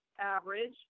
average